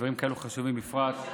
ודברים כאלה חשובים בפרט,